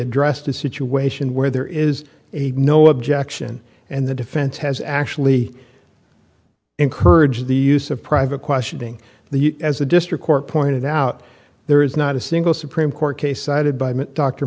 addressed a situation where there is a no objection and the defense has actually encourage the use of private questioning the as a district court pointed out there is not a single supreme court case cited by